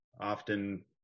often